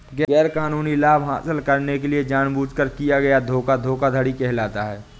गैरकानूनी लाभ हासिल करने के लिए जानबूझकर किया गया धोखा धोखाधड़ी कहलाता है